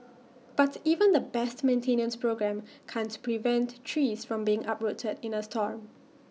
but even the best maintenance programme can't prevent trees from being uprooted in A storm